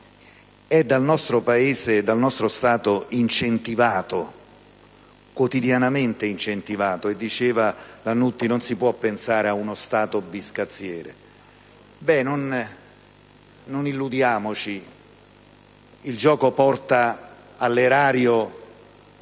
è dal nostro Paese e dal nostro Stato incentivato quotidianamente e, come diceva il senatore Lannutti, non si può pensare ad uno Stato biscazziere. Non illudiamoci: il gioco porta all'erario